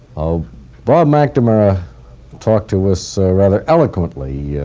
um bob mcnamara talked to us rather eloquently yeah